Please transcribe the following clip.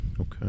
Okay